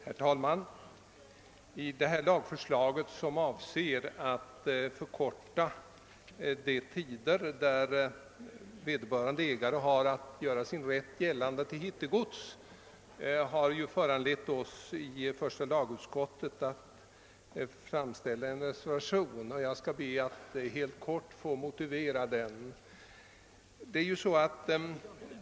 Herr talman! Föreliggande lagförslag avser att förkorta den tidsfrist inom vilken vederbörande ägare har att göra sin rätt gällande till hittegods. Detta har föranlett mig och några andra ledamöter av första lagutskottet att avge en reservation. Jag ber att helt kort få motivera denna reservation.